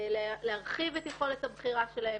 להרחיב את יכולת הבחירה שלהם,